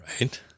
Right